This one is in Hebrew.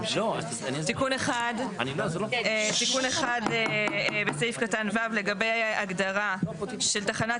תיקון אחד בסעיף קטן (ו) לגבי ההגדרה של תחנת